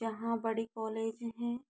यहाँ बड़े कॉलेज हैं